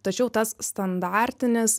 tačiau tas standartinis